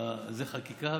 זו חקיקה,